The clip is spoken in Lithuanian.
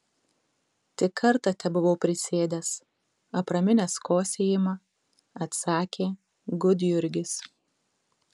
tik kartą tebuvau prisėdęs apraminęs kosėjimą atsakė gudjurgis